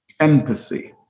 Empathy